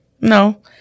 no